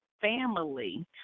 family